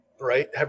Right